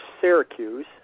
Syracuse